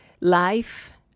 life